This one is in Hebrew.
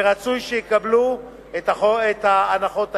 ורצוי שיקבלו את ההנחות האלה,